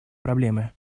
проблемы